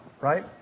right